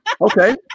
Okay